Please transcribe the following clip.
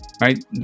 right